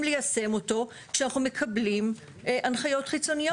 ליישם אותו כשאנחנו מקבלים הנחיות חיצוניות.